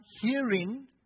hearing